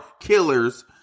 killers